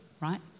right